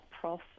Prof